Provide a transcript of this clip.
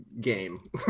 game